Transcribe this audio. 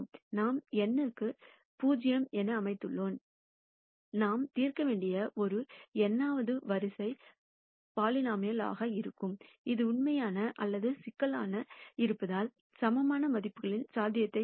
நாம் n க்கு 0 என அமைத்துள்ளேன் நாம் தீர்க்க வேண்டிய ஒரு n வது வரிசை பலினோமினல் இருக்கும் இது உண்மையான அல்லது சிக்கலானதாக இருப்பதால் சமமான மதிப்புகளின் சாத்தியத்தைத் திறக்கும்